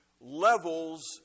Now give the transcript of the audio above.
levels